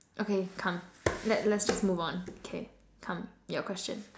okay come let let's just move on K come your question